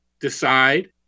decide